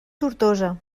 tortosa